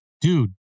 Dude